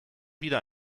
wieder